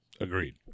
Agreed